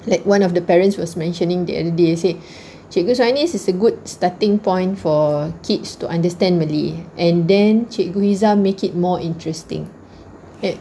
like one of the parents was mentioning the other day I say cikgu suhanis is a good starting point for kids to understand malay and then cikgu iza make it more interesting